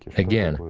again,